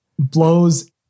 blows